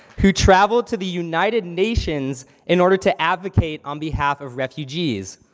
who traveled to the united nations in order to advocate on behalf of refugees,